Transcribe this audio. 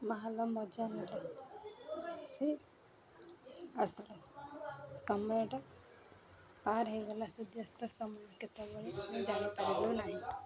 ମାହୋଲର ମଜା ନେଲୁ ଆସିଲୁ ସମୟଟା ପାର୍ ହେଇଗଲା ସୂର୍ଯ୍ୟାସ୍ତ ସମୟ କେତେବେଳେ ଆମେ ଜାଣିପାରିଲୁ ନାହିଁ